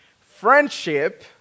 Friendship